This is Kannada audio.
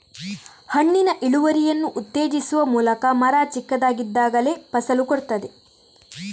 ಹಣ್ಣಿನ ಇಳುವರಿಯನ್ನು ಉತ್ತೇಜಿಸುವ ಮೂಲಕ ಮರ ಚಿಕ್ಕದಾಗಿದ್ದಾಗಲೇ ಫಸಲು ಕೊಡ್ತದೆ